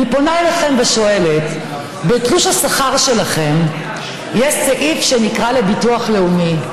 אני פונה אליכם ושואלת: בתלוש השכר שלכם יש סעיף שנקרא "לביטוח לאומי".